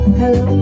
hello